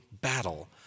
battle